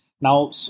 Now